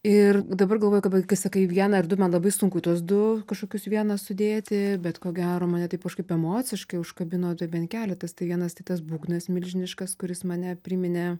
ir dabar galvoju kai sakai vieną ar du man labai sunku tuos du kažkokius vieną sudėti bet ko gero mane taip kažkaip emociškai užkabino tai bent keletas tai vienas tai tas būgnas milžiniškas kuris mane priminė